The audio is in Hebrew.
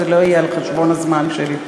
שזה לא יהיה על חשבון הזמן שלי.